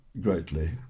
greatly